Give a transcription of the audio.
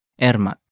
Ermat